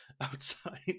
outside